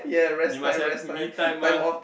you must have me time mah